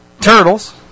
turtles